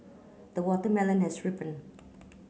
the watermelon has ripened